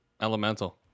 Elemental